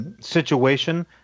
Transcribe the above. Situation